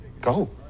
Go